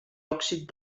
òxid